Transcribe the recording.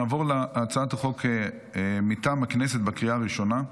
(קריאה ראשונה) נעבור להצעת החוק מטעם הכנסת בקריאה הראשונה: